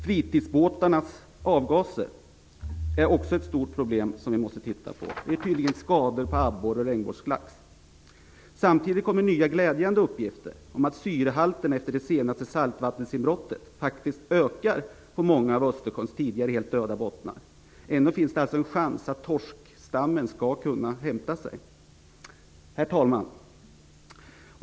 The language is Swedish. Fritidsbåtarnas avgaser är också ett stort problem som vi måste titta på. De ger tydligen skador på abborre och regnbågslax. Samtidigt kommer nya glädjande uppgifter om att syrehalten efter det senaste saltvattensinbrottet faktiskt ökar på många av Östersjöns tidigare helt döda bottnar. Ännu finns det alltså en chans att torskstammen skall kunna hämta sig. Herr talman!